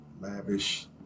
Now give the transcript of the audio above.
lavish